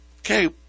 okay